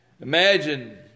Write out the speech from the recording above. Imagine